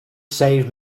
save